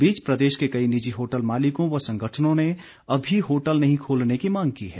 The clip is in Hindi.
इस बीच प्रदेश के कई निजी होटल मालिकों व संगठनों ने अभी होटल नहीं खोलने की मांग की है